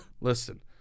listen